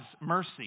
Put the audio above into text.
mercy